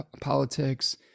politics